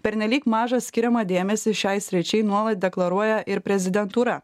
pernelyg mažą skiriamą dėmesį šiai sričiai nuolat deklaruoja ir prezidentūra